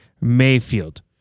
Mayfield